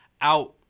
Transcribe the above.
out